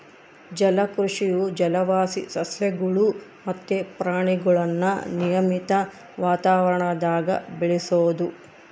ಜಲಕೃಷಿಯು ಜಲವಾಸಿ ಸಸ್ಯಗುಳು ಮತ್ತೆ ಪ್ರಾಣಿಗುಳ್ನ ನಿಯಮಿತ ವಾತಾವರಣದಾಗ ಬೆಳೆಸೋದು